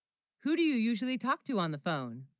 who, do you usually talk to on the phone